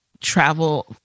travel